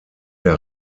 der